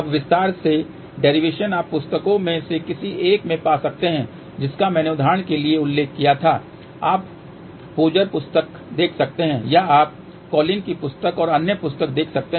अब विस्तार से डेरीवेशन आप पुस्तकों में से किसी एक में पा सकते हैं जिसका मैंने उदाहरण के लिए उल्लेख किया था आप पोजर पुस्तक देख सकते हैं या आप कोलिन की पुस्तक और अन्य पुस्तक देख सकते हैं